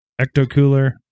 Ecto-cooler